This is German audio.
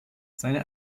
seine